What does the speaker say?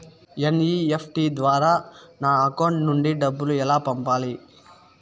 NEFT ద్వారా నా account నుండి డబ్బులు ఎలా పంపాలి